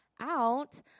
out